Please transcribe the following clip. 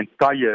entire